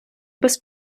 без